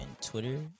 Twitter